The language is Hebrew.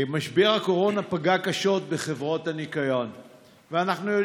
משבר הקורונה פגע קשות בחברות הניקיון והשמירה,